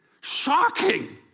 Shocking